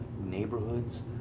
neighborhoods